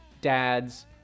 dads